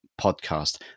podcast